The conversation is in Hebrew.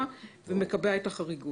בעקוב אחרי שינויים,